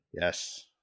Yes